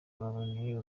baboneye